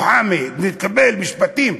מוחמד התקבל למשפטים.